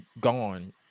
gone